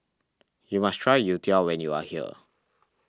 you must try Youtiao when you are here